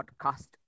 podcast